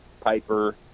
Piper